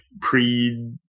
pre